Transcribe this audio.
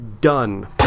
Done